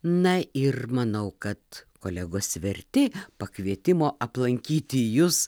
na ir manau kad kolegos verti pakvietimo aplankyti jus